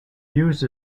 used